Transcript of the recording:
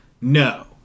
No